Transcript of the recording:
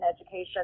education